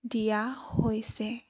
দিয়া হৈছে